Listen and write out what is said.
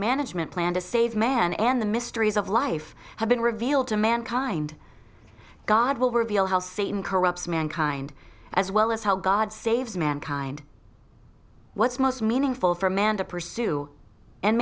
management plan to save man and the mysteries of life have been revealed to mankind god will reveal how satan corrupts mankind as well as how god saves mankind what's most meaningful for a man to pursue and